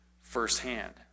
firsthand